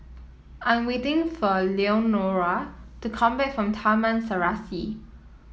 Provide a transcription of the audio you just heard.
I'm waiting for Leonore to come back from Taman Serasi